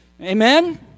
Amen